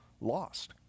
lost